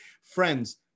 friends